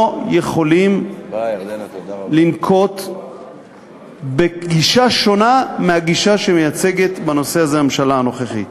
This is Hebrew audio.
לא יכולים לנקוט גישה שונה מהגישה שמייצגת בנושא הזה הממשלה הנוכחית.